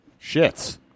Shits